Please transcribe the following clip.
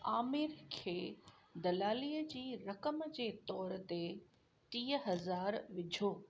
आमिर खे दलालीअ जी रक़म जे तौरु ते टीह हज़ार विझो